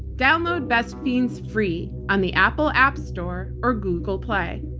download best fiends free on the apple app store or google play.